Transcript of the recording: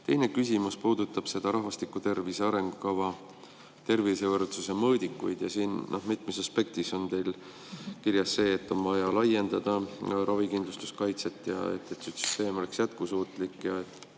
Teine küsimus puudutab rahvastiku tervise arengukava tervisevõrdsuse mõõdikuid. Mitmes aspektis on teil kirjas see, et on vaja laiendada ravikindlustuskaitset ja et süsteem oleks jätkusuutlik, on